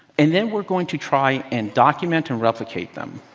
and then we're going to try and document and replicate them.